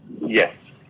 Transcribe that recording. Yes